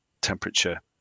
temperature